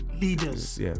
leaders